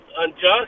unjust